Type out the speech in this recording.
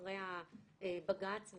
אחרי הבג"ץ,